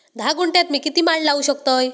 धा गुंठयात मी किती माड लावू शकतय?